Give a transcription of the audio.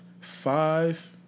five